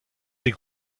des